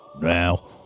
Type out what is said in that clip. Now